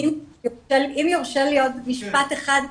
אם יורשה לי עוד משפט אחד.